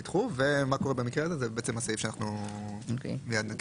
ומה שקורה במקרה הזה, זה הסעיף שאנחנו מיד נקריא.